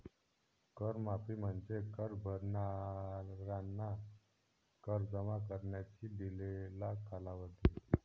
कर माफी म्हणजे कर भरणाऱ्यांना कर जमा करण्यासाठी दिलेला कालावधी